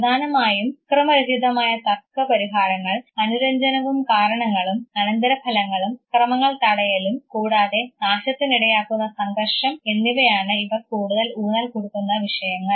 സമാധാനം അക്രമരഹിതമായ തർക്കപരിഹാരങ്ങൾ അനുരഞ്ജനവും കാരണങ്ങളും അനന്തരഫലങ്ങളും അക്രമങ്ങൾ തടയലും കൂടാതെ നാശത്തിനിടയാക്കുന്ന സംഘർഷം എന്നിവയാണ് ഇവർ കൂടുതൽ ഊന്നൽ കൊടുക്കുന്ന വിഷയങ്ങൾ